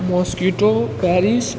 Muscat Paris